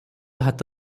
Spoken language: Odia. ହାତ